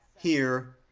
here,